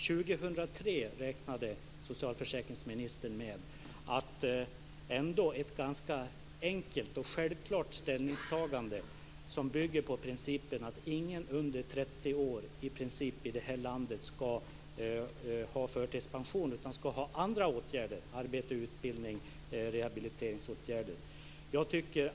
Till år 2003 räknade socialförsäkringsministern med att det skulle ta, och då handlar det ändå om ett ganska enkelt och självklart ställningstagande, som bygger på att i princip ingen under 30 år i det här landet ska ha förtidspension utan i stället få andra åtgärder, som arbete, utbildning och rehabilitering.